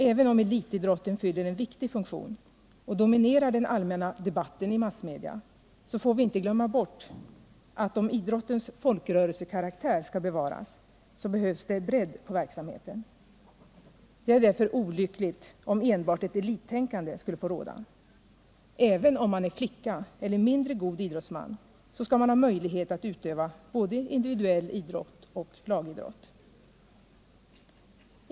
Även om elitidrotten fyller en viktig funktion och dominerar den allmänna debatten i massmedia, så får vi inte glömma bort att det om idrottens folkrörelsekaraktär skall kunna bevaras behövs bredd på verksamheten. Det vore därför olyckligt om enbart ett elittänkande skulle få råda! Även om man är flicka eller mindre god idrottsman skall man ha möjlighet att utöva både individuell idrott och lagidrott.